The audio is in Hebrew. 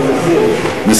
מסיר.